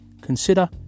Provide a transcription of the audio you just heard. consider